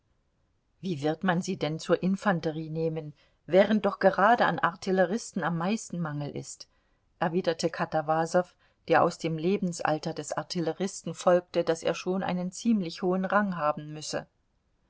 wie wird man sie denn zur infanterie nehmen während doch gerade an artilleristen am meisten mangel ist erwiderte katawasow der aus dem lebensalter des artilleristen folgerte daß er schon einen ziemlich hohen rang haben müsse